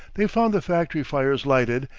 they found the factory fires lighted,